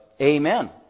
Amen